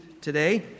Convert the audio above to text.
today